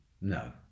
no